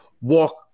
walk